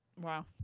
Wow